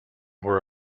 were